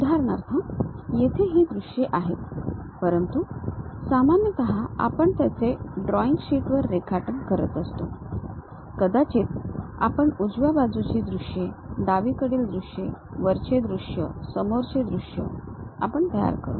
उदाहरणार्थ येथे ही दृश्ये आहेत परंतू सामान्यतः आपण त्यांचे ड्रॉइंग शीट वर रेखाटन करत असतो कदाचित आपण उजव्या बाजूची दृश्ये डावीकडील दृश्ये वरचे दृश्य समोरचे दृश्य आम्ही तयार करू